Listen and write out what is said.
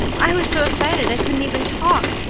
i was so excited i couldn't even talk,